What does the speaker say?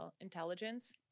intelligence